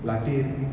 latte இருக்கு:irukku